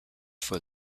for